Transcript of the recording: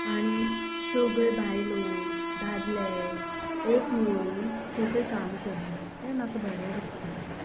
आनीक सगळीं बायलो दादले एकमेव येवन सगळें काम करता तें म्हाका बरें दिसता